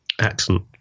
accent